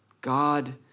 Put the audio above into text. God